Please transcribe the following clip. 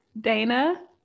Dana